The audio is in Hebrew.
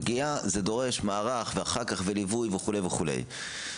פגייה דורשת מערך ואחר כך ליווי וכו' וכו'.